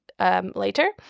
Later